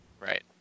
Right